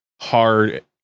hard